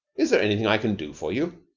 is there anything i can do for you?